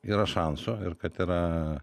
yra šansų ir kad yra